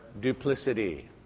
duplicity